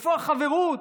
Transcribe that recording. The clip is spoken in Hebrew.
איפה החברות?